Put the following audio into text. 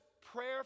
prayer